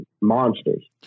monsters